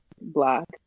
black